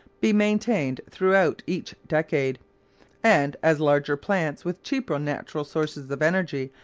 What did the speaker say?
be maintained throughout each decade and, as larger plants, with cheaper natural sources of energy,